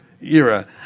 era